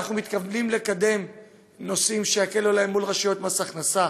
אנחנו מתכוונים לקדם נושאים שיקלו עליהם מול רשויות מס הכנסה,